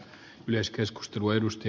arvoisa puhemies